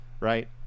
Right